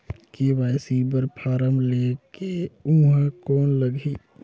KYC बर फारम ले के ऊहां कौन लगही?